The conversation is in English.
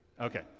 Okay